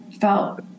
felt